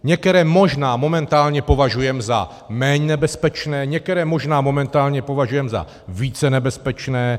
Některé možná momentálně považujeme za méně nebezpečné, některé možná momentálně považujeme za více nebezpečné.